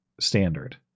standard